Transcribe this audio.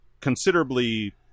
considerably